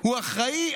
הוא אחראי,